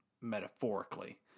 metaphorically